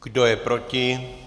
Kdo je proti?